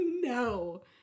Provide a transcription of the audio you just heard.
No